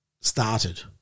started